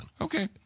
Okay